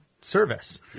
service